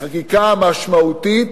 החקיקה המשמעותית